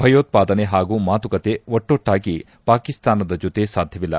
ಭಯೋತ್ಪಾದನೆ ಹಾಗೂ ಮಾತುಕತೆ ಒಟ್ಟೊಟ್ಟಾಗಿ ಪಾಕಿಸ್ತಾನ ಜೊತೆ ಸಾಧ್ಯವಿಲ್ಲ